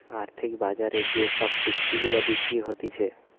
আর্থিক বাজারে যে সব চুক্তি গুলা বিক্রি হতিছে